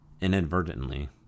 inadvertently